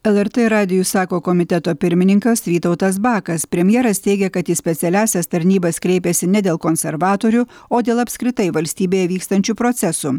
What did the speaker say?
lrt radijui sako komiteto pirmininkas vytautas bakas premjeras teigė kad į specialiąsias tarnybas kreipėsi ne dėl konservatorių o dėl apskritai valstybėje vykstančių procesų